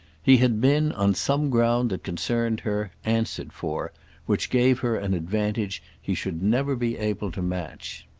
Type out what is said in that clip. he had been, on some ground that concerned her, answered for which gave her an advantage he should never be able to match.